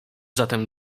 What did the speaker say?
zatem